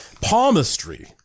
palmistry